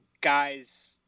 guys